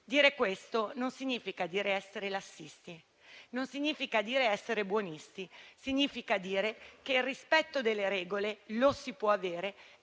Dire questo non significa essere lassisti o essere buonisti, ma significa dire che il rispetto delle regole lo si può avere